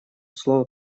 слово